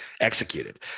executed